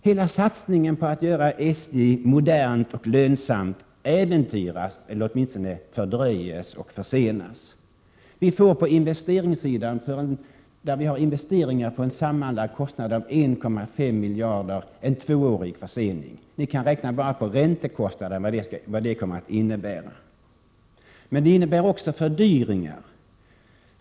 Hela satsningen på att göra SJ modernt och lönsamt äventyras eller åtminstone fördröjs. På investeringssidan, där vi har investeringar för en sammanlagd kostnad av 1,5 miljarder, blir det två års försening. Ni kan räkna på vad enbart räntekostnaden betyder. Men det sker också andra fördyringar.